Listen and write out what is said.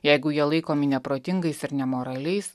jeigu jie laikomi neprotingais ir nemoraliais